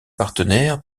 partenaire